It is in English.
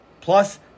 plus